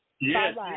Yes